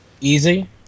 easy